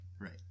Right